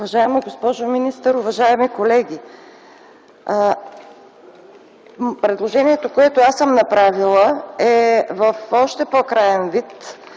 Уважаема госпожо министър, уважаеми колеги! Предложението, което аз съм направила, е в още по-краен вид